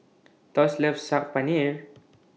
Thos loves Saag Paneer